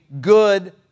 good